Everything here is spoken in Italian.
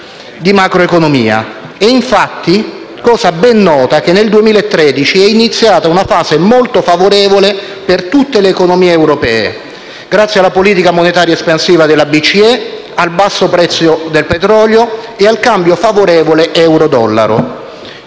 È infatti cosa ben nota che nel 2013 è iniziata una fase molto favorevole per tutte le economie europee, grazie alla politica monetaria espansiva della BCE, al basso prezzo del petrolio e al cambio favorevole euro-dollaro.